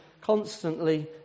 constantly